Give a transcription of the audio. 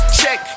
check